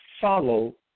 Follow